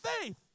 faith